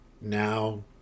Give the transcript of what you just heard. now